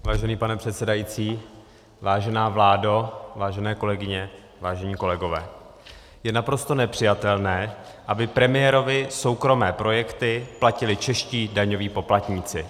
Vážený pane předsedající, vážená vládo, vážené kolegyně, vážení kolegové, je naprosto nepřijatelné, aby premiérovy soukromé projekty platili čeští daňoví poplatníci.